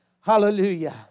Hallelujah